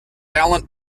allen